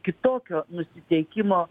kitokio nusiteikimo